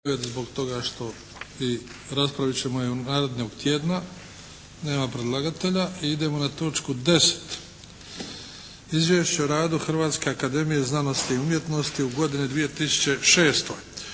zbog toga što i raspravit ćemo je narednog tjedna, nema predlagatelja. I idemo na točku 10. - Izvješće o radu Hrvatske akademije znanosti i umjetnosti u godini 2006.